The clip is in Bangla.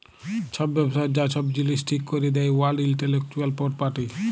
ছব ব্যবসার যা ছব জিলিস ঠিক ক্যরে দেই ওয়ার্ল্ড ইলটেলেকচুয়াল পরপার্টি